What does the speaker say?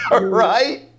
right